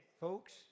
folks